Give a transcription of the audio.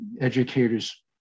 educators